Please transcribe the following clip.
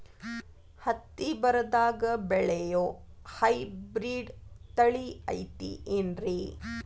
ಹತ್ತಿ ಬರದಾಗ ಬೆಳೆಯೋ ಹೈಬ್ರಿಡ್ ತಳಿ ಐತಿ ಏನ್ರಿ?